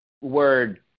word